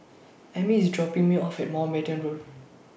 Ami IS dropping Me off At Mountbatten Road